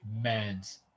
Man's